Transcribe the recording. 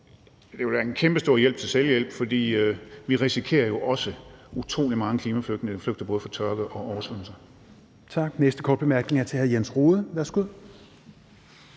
det ville være en kæmpestor hjælp til selvhjælp, for vi risikerer jo også utrolig mange klimaflygtninge, der flygter fra både tørke og oversvømmelser.